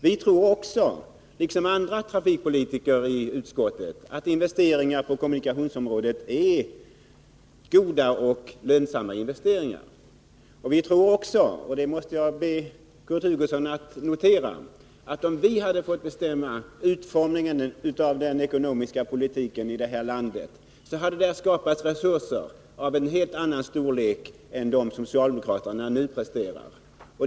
Vi liksom andra trafikpolitiker i utskottet tror att investeringar på kommunikationsområdet är goda och lönsamma. Vi tror också — och det måste jag be Kurt Hugosson att notera — att om vi hade fått bestämma utformningen av den ekonomiska politiken i det här landet, då hade där skapats resurser av en helt annan storlek än den socialdemokraterna nu presterar.